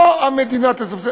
לא המדינה תסבסד,